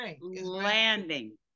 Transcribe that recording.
landing